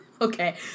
Okay